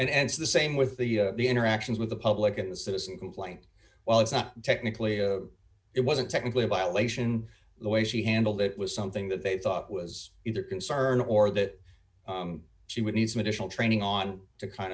right and it's the same with the interactions with the public and citizen complaint well it's not technically it wasn't technically a violation the way she handled it was something that they thought was either concern or that she would need some additional training on to kind